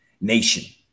nation